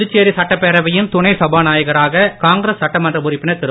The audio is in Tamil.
புதுச்சேரி சட்டப்பேரவையின் துணை சபாநாயகராக காங்கிரஸ் சட்டமன்ற உறுப்பினர் திரு